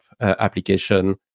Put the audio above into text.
application